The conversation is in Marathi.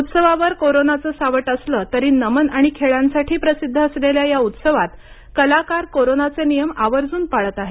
उत्सवावर कोरोनाचं सावट असलं तरी नमन आणि खेळ्यांसाठी प्रसिद्ध असलेल्या या उत्सवात कलाकार कोरोनाचे नियम आवर्जून पाळत आहेत